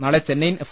നാളെ ചെന്നൈയിൻ എഫ്